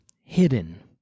hidden